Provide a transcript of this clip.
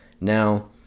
Now